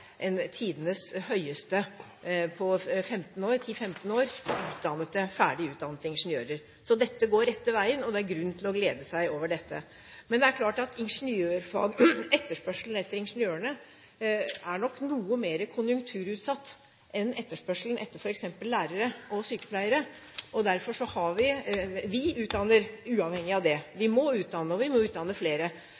høyeste antallet ferdig utdannede ingeniører på 10–15 år. Så dette går den rette veien, og det er grunn til å glede seg over det. Men det er klart at etterspørselen etter ingeniørene er nok noe mer konjunkturutsatt enn etterspørselen etter f.eks. lærere og sykepleiere. Derfor utdanner vi ingeniører, uavhengig av det. Vi